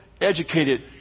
educated